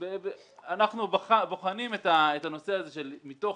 אנחנו בוחנים את הנושא הזה כאשר מתוך